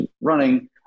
running